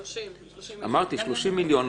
אמרתי, 30 מיליון.